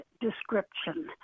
description